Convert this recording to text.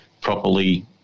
properly